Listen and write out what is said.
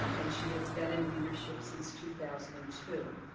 and she has been in leadership since two thousand and two.